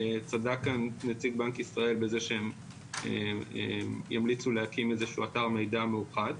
צדק כאן נציג בנק ישראל בזה שימליצו להקים איזשהו אתר מידע מיוחד.